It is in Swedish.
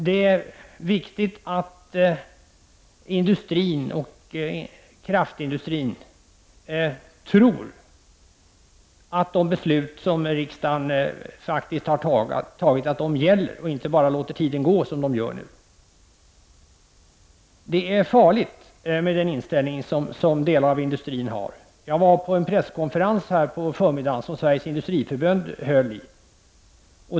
Det är viktigt att industrin i allmänhet och kraftindustrin tror att de beslut som riksdagen faktiskt har fattat gäller och att de inte bara låter tiden gå, vilket de gör nu. Det är farligt med den inställning som delar av industrin har. Jag var nu på förmiddagen på en presskonferens som Sveriges industriförbund höll.